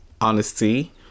Honesty